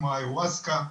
כמו האיוואסקה.